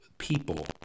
people